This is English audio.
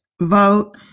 vote